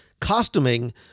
costuming